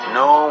no